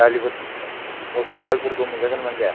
दालिफोर मुसुर दालिफोरखौ मोनजागोन ना मोनजाया